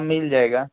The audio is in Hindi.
मिल जाएगा